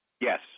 Yes